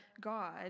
God